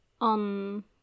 on